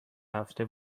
هفته